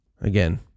Again